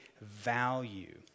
value